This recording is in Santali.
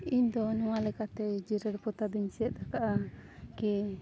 ᱤᱧ ᱫᱚ ᱱᱚᱣᱟ ᱞᱮᱠᱟᱛᱮ ᱡᱮᱨᱮᱲ ᱯᱚᱛᱟᱣ ᱫᱩᱧ ᱪᱮᱫ ᱟᱠᱟᱜᱼᱟ ᱠᱤ